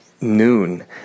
noon